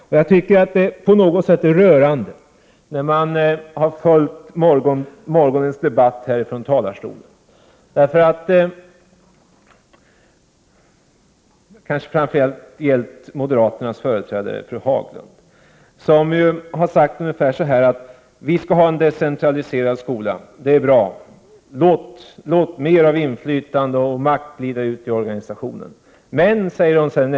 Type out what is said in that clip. Morgonens debatt har på något sätt varit rörande, kanske framför allt när det gäller moderaternas företrädare fru Haglund, som har sagt ungefär följande: Vi skall ha en decentraliserad skola. Det är bra. Låt mer av inflytande och makt glida ut i organisationen. Men sedan säger hon: Vi måste — Prot.